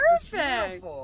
Perfect